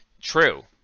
true